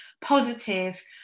positive